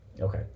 Okay